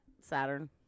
Saturn